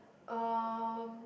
um